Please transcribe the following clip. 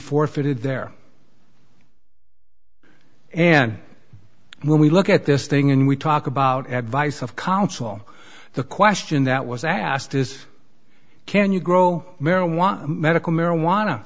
forfeited there and when we look at this thing and we talk about advice of counsel the question that was asked is can you grow marijuana medical marijuana